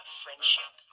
friendship